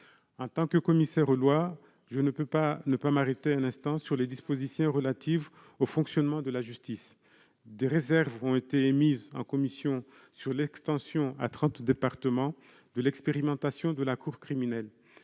En tant que commissaire aux lois, je ne peux pas ne pas m'arrêter un instant sur les dispositions relatives au fonctionnement de la justice. Des réserves ont été émises en commission sur l'extension à trente départements de l'expérimentation de la cour criminelle.